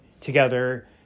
together